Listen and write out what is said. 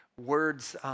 Words